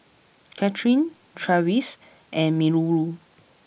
Katherin Travis and Minoru